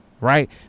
right